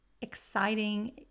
exciting